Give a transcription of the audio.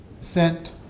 sent